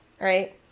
right